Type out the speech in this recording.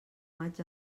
maig